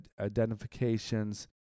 identifications